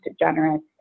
generous